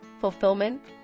fulfillment